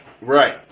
right